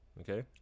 Okay